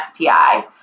STI